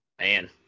Man